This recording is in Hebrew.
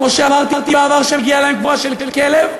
כמו שאמרתי בעבר שמגיעה להם קבורה של כלב,